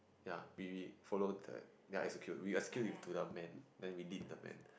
ya we we follow the execute we execute to the man then we lead the man